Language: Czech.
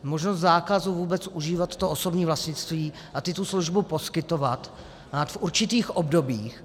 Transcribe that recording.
Možnost zákazu vůbec užívat to osobní vlastnictví a tuto službu poskytovat v určitých obdobích.